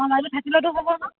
অঁ থাকিলতো হ'ব ন